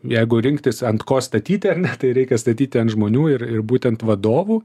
jeigu rinktis ant ko statyti ar ne tai reikia statyti ant žmonių ir ir būtent vadovų